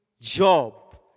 job